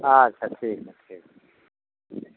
अच्छा ठीक हय ठीक